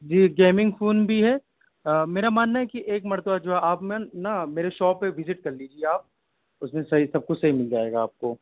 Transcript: جی gaming phone بھی ہے میرا ماننا ہے کہ ایک مرتبہ جو آپ میں نہ میرے شاپ پہ وزٹ کر لیجیے آپ اس میں صحیح سب کچھ صحیح مل جائے گا آپ کو